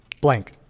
blank